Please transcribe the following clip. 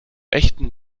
echten